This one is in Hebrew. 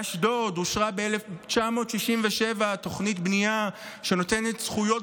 באשדוד אושרה ב-1967 תוכנית בנייה שנותנת זכויות